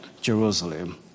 Jerusalem